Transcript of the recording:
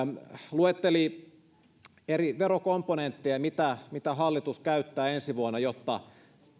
luetteli eri verokomponentteja mitä mitä hallitus käyttää ensi vuonna jotta